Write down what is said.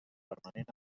permanent